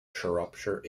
shropshire